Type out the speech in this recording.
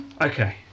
Okay